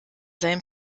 seien